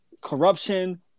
corruption